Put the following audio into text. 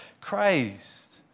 Christ